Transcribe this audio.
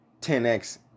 10x